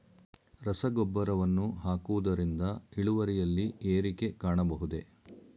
ರಸಗೊಬ್ಬರವನ್ನು ಹಾಕುವುದರಿಂದ ಇಳುವರಿಯಲ್ಲಿ ಏರಿಕೆ ಕಾಣಬಹುದೇ?